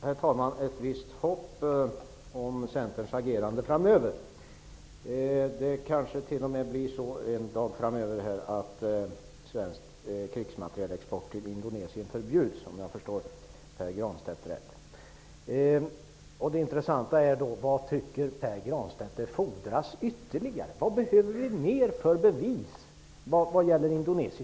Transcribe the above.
Herr talman! Det Pär Granstedt sade sist ger ett visst hopp om Centerns agerande framöver. Det kanske till och med blir så att svensk krigsmaterielexport till Indonesien förbjuds, om jag förstår Pär Granstedt rätt. Vad tycker Pär Granstedt fordras ytterligare för att förbjuda krigsmaterielexport? Vad behöver vi mer för bevis vad gäller Indonesien?